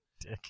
Dick